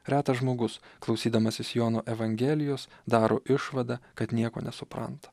retas žmogus klausydamasis jono evangelijos daro išvadą kad nieko nesupranta